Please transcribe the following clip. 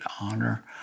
honor